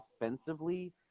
offensively